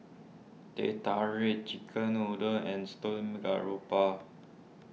Teh Tarik Chicken Noodles and Steamed Garoupa